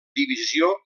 divisió